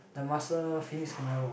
the muscle phoenix Camarro